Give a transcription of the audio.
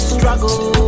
Struggle